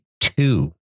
Two